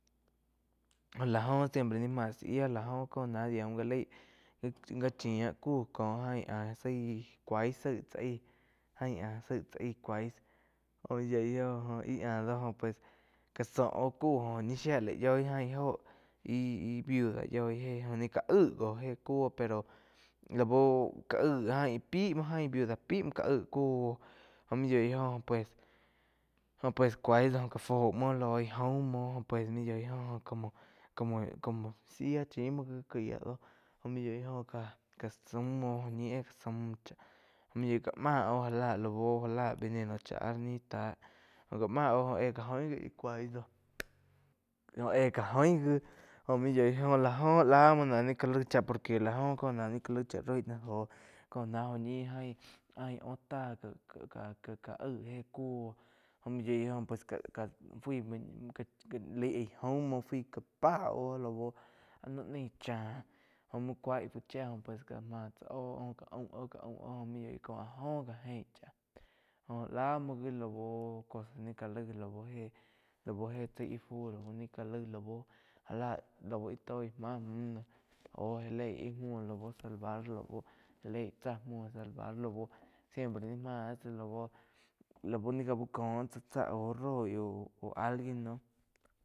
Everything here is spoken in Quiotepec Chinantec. Jó lá jo siempre ni máh zá yía la joh ko náh yía mú gá laí gá chía kúh cóh aín áh zaí cúais zaí tsá, aíg áh zaíg tsá aíh óh mú yói joh óh íh áh dó pues gá zó oh kúh óh ni shía lá yoig ain joh ih-ih viuda yói jéh gá aig éh kúo pero lá bu ka aig pi muo ain viuda paí muo káh aig kúo jóh múo yóig óh pues jo pues cuais do ka fuo muo loih jaum muo. Mou yóig óh como, como-mo záh yía chim muo gi ká yía doh maig yói joh káh saum muo óh ñi éh ka saum cháh maig yoig ká máh gá la lau gá lá veneno cha áh táh gá máh óh jo éh ká join gi íh cuáis dóh óh ég ká join gi mú yoih jóh lá jo lá muo náh ni gá laig chá por que lá joh kó náh ni gá laig chá rói náh jóh ko ná óh ñi aim óh taí já aig cúo maig yói go ka-ka áh laig gie jaum muo fui já pah óh lau áh noh naig cháh múo oh caig fu chía jo pues já máh óh já um óh- já aum oh kó áh jo gá jéin chá óh lá muo gi laú ní gá laig lau éh cháig ih fu lau ni ká laig lau já lá lau íh tói máh mu au ja leí íh muo lau salvar já leí tsá muo lau siempre ni máh tsáh lau-lau ni gá bu có tsáh chá au roi auo alguien no.